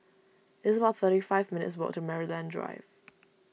it's about thirty five minutes' walk to Maryland Drive